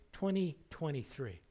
2023